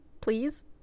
Please